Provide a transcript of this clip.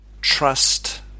trust